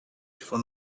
for